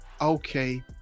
okay